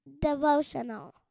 devotional